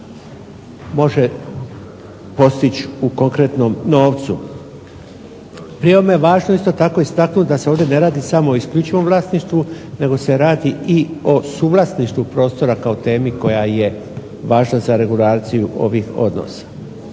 može postići u konkretnom novcu. Pri ovome je važno isto tako istaknuti da se ovdje ne radi samo o isključivom vlasništvu nego se radi i o suvlasništvu prostora kao temi koja je važna za regulaciju ovih odnosa.